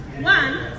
One